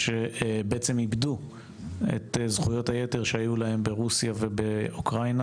שאיבדו את זכויות היתר שהיו להם ברוסיה ובאוקראינה.